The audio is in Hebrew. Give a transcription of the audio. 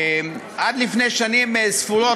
עד לפני שנים ספורות,